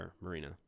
Marina